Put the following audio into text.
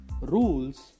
rules